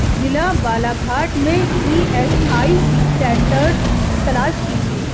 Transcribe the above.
ضلع بالا گھاٹ میں E S I C centres تلاش کیجیے